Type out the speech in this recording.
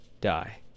die